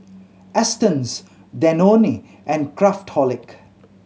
Astons Danone and Craftholic